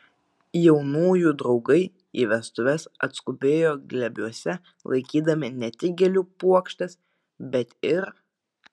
jaunųjų draugai į vestuves atskubėjo glėbiuose laikydami ne tik gėlių puokštes bet ir